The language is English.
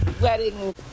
wedding